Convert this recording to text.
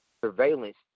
surveillance